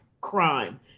crime